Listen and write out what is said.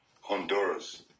Honduras